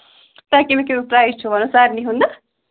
تۄہہِ کَمہِ کیٚمیُک چھُو وَنان سارنی ہُنٛد نہ